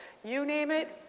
you name it.